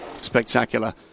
spectacular